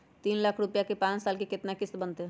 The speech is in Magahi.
तीन लाख रुपया के पाँच साल के केतना किस्त बनतै?